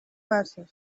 matter